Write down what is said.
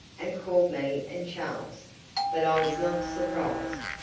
and called me and charles but i was not surprised,